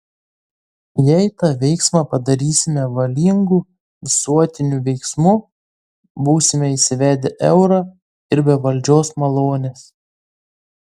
jei tą veiksmą padarysime valingu visuotiniu veiksmu būsime įsivedę eurą ir be valdžios malonės